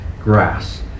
grass